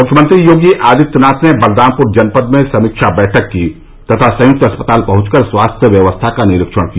मुख्यमंत्री योगी आदित्यनाथ ने बलरामपुर जनपद में समीक्षा बैठक की तथा संयुक्त अस्पताल पहुंचकर स्वास्थ्य व्यवस्था का निरीक्षण किया